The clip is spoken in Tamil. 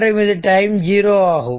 மற்றும் இது டைம் 0 ஆகும்